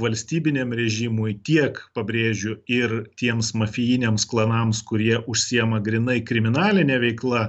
valstybiniam režimui tiek pabrėžiu ir tiems mafijiniams klanams kurie užsiima grynai kriminaline veikla